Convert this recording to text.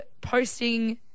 posting